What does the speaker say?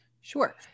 Sure